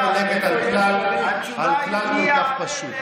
בטח לא חולקת על כלל כל כך פשוט.